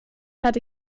hatte